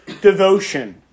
devotion